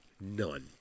None